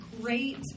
great